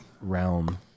realm